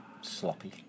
sloppy